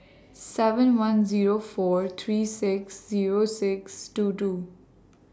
seven one Zero four three six Zero six two two